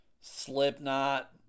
Slipknot